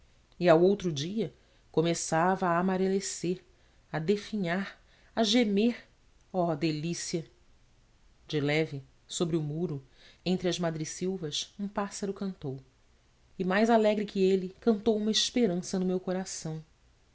e ao outro dia começava a amarelecer a definhar a gemer oh delícia de leve sobre o muro entre as madressilvas um pássaro cantou e mais alegre que ele cantou uma esperança no meu coração